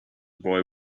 boy